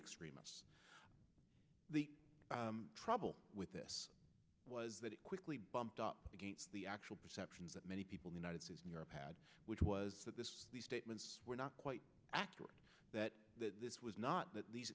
extremists the trouble with this was that it quickly bumped up against the actual perceptions that many people the united states and europe had which was that this these statements were not quite accurate that this was not that these